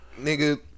nigga